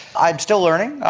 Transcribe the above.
i'm still learning,